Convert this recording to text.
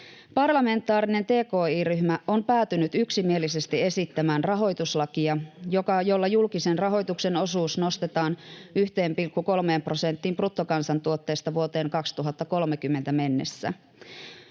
Parlamentaarinen tki-ryhmä on päätynyt yksimielisesti esittämään rahoituslakia, jolla julkisen rahoituksen osuus nostetaan 1,3 prosenttiin bruttokansantuotteesta vuoteen 2030 mennessä.